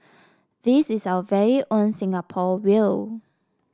this is our very own Singapore whale